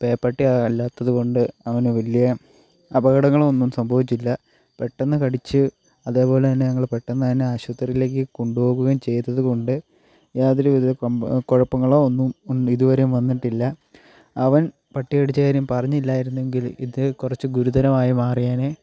പേപ്പട്ടി അല്ലാത്തത് കൊണ്ട് അവന് വലിയ അപകടങ്ങളൊന്നും സംഭവിച്ചില്ല പെട്ടെന്ന് കടിച്ച് അതുപോലെ തന്നെ ഞങ്ങൾ പെട്ടെന്ന് തന്നെ ആശുപത്രിയിലേക്ക് കൊണ്ടുപോകുകയും ചെയ്തത് കൊണ്ട് യാതൊരു വിധം കൊണ്ട് കുഴപ്പങ്ങളോ ഒന്നും ഇതുവരെയും വന്നിട്ടില്ല അവൻ പട്ടി കടിച്ച കാര്യം പറഞ്ഞില്ലായിരുന്നെങ്കിൽ ഇത് കുറച്ച് ഗുരുതരമായി മാറിയേനെ